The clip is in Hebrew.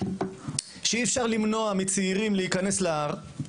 אי אפשר למנוע מצעירים להיכנס להר.